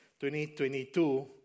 2022